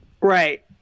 right